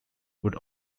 would